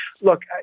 look